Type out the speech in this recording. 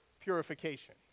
purification